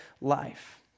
life